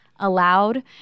allowed